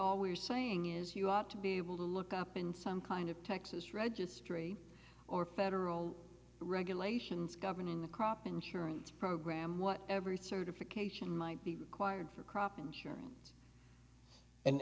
all we're saying is you ought to be able to look up in some kind of texas registry or federal regulations governing the crop insurance program what every third implication might be required for crop insurance and